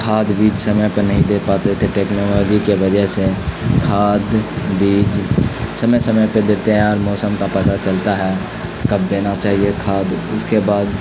کھاد بیج سمے پہ نہیں دے پاتے تھے ٹیکنالوجی کے وجہ سے کھاد بیج سمے سمے پہ دیتے ہیں اور موسم کا پتہ چلتا ہے کب دینا چاہیے کھاد اس کے بعد